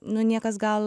nu niekas gal